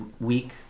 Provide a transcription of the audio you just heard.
week